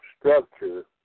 structure